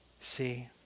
See